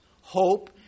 hope